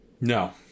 No